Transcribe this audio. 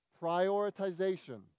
prioritization